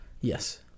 Yes